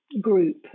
group